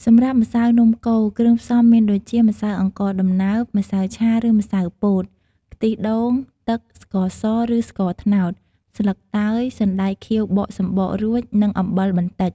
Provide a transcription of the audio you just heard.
សម្រាប់ម្សៅនំកូរ គ្រឿងផ្សំមានដូចជា ម្សៅអង្ករដំណើប ម្សៅឆាឬម្សៅពោត ខ្ទិះដូង ទឹក ស្ករស ឬស្ករត្នោត ស្លឹកតើយ សណ្តែកខៀវបកសំបករួច និងអំបិលបន្តិច ។